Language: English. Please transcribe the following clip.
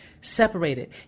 separated